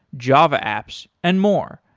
java apps and more.